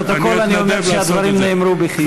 לפרוטוקול אני אומר שהדברים נאמרו בחיוך.